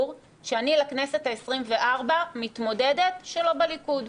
שאני לכנסת העשרים-וארבע מתמודדת שלא בליכוד,